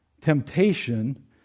temptation